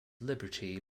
liberty